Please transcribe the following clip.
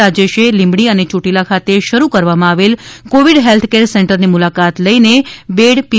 રાજેશે લીંબડી અને ચોટીલા ખાતે શરૂ કરવામાં આવેલ કોવિડ હેલ્થ કેર સેન્ટરની મુલાકાત લઈ ને બેડપી